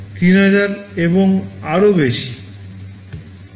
3000 এবং আরও বেশি